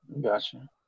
Gotcha